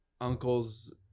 uncle's